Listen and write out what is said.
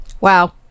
Wow